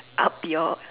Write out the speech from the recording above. up your